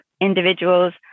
individuals